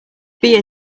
beer